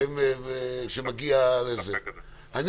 אני